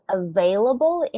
available